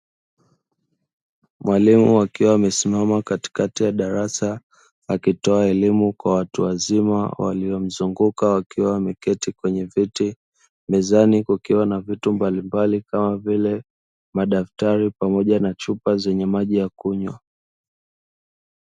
Mwalimu akiwa amesimama katikati ya darasa akitoa elimu kwa watu wazima waliomzunguka, wakiwa wameketi kwenye viti, mezani kukiwa na vitu mbalimbali kama vile madaftari pamoja na chupa zenye maji ya kunywa.